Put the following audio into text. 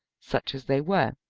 such as they were.